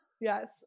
Yes